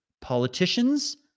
Politicians